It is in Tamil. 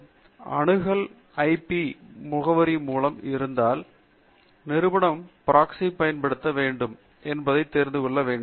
மேலும் அணுகல் ஐபி முகவரி மூலம் இருந்தால் நிறுவனம் ப்ராக்ஸி பயன்படுத்த வேண்டும் என்பதை தெரிந்து கொள்ள வேண்டும்